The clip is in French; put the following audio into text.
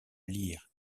lire